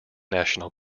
national